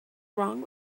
wrong